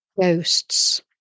ghosts